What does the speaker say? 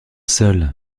seule